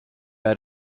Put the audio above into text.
add